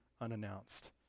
unannounced